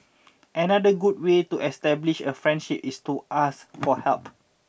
another good way to establish a friendship is to ask for help